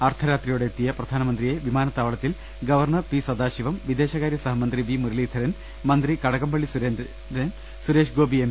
അർദ്ധരാത്രിയോടെ എത്തിയ പ്രധാനമന്ത്രിയെ വിമാനത്താവളത്തിൽ ഗവർണർ പി സദാശിവം വിദേശകാര്യ സഹമന്ത്രി വി മുരളീധരൻ മന്ത്രി കടകംപള്ളി സുരേന്ദ്രൻ സുരേഷ്ഗോപി എം